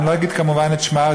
ואני לא אגיד כמובן את שמה,